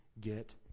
get